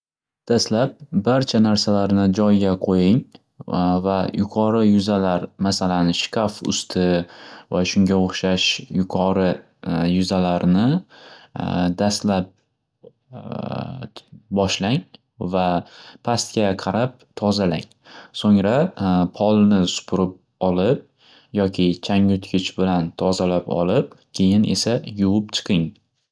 Dastlab barcha narsalarni joyiga qo'ying va yuqori yuzalar masalan shkaf usti va shunga o'xshash yuqori yuzalarni dastlab boshlang va pastga qarab tozalang so'ngra polni supirib olib yoki changyutgich bilan tozalab keyin esa yuvib chiqing.